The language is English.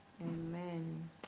Amen